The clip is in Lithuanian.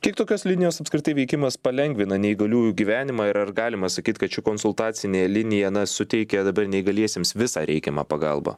kiek tokios linijos apskritai veikimas palengvina neįgaliųjų gyvenimą ir ar galima sakyt kad ši konsultacinė linija na suteikia dabar neįgaliesiems visą reikiamą pagalbą